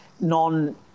non